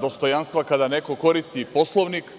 dostojanstva kada neko koristi i Poslovnik